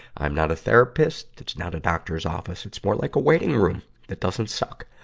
i'm not a therapist. it's not a doctor's office. it's more like a waiting room that doesn't suck.